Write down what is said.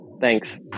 Thanks